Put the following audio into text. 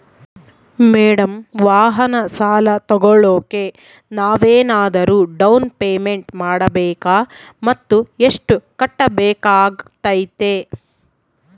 Madam ವಾಹನ ಸಾಲ ತೋಗೊಳೋಕೆ ನಾವೇನಾದರೂ ಡೌನ್ ಪೇಮೆಂಟ್ ಮಾಡಬೇಕಾ ಮತ್ತು ಎಷ್ಟು ಕಟ್ಬೇಕಾಗ್ತೈತೆ?